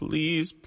Please